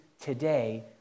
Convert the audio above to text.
today